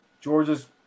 Georgia's